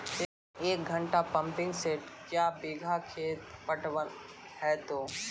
एक घंटा pumping set क्या बीघा खेत पटवन है तो?